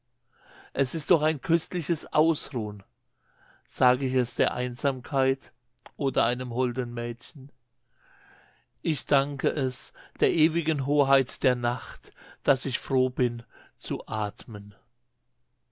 es ist doch ein köstliches ausruhn sage ich es der einsamkeit oder einem holden mädchen ich danke es der ewigen hoheit der nacht daß ich froh bin zu atmen